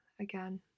again